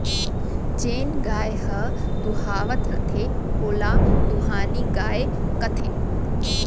जेन गाय ह दुहावत रथे ओला दुहानी गाय कथें